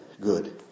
good